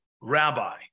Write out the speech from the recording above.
rabbi